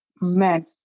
men